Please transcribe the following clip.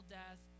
death